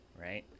right